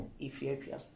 Ethiopia